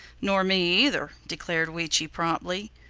nor me either, declared weechi promptly.